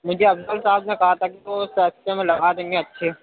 مجھے افضل صاحب نے کہا تھا کہ وہ سَستے میں لگا دیں گے اچھے